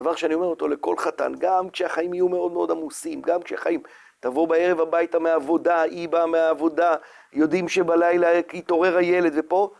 דבר שאני אומר אותו לכל חתן, גם כשהחיים יהיו מאוד מאוד עמוסים, גם כשהחיים... תבוא בערב הביתה מהעבודה, היא באה מהעבודה, יודעים שבלילה יתעורר הילד ופה